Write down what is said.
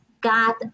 got